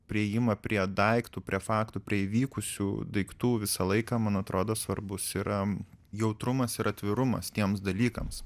priėjimą prie daiktų prie faktų prie įvykusių daiktų visą laiką man atrodo svarbus yra jautrumas ir atvirumas tiems dalykams